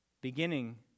Beginning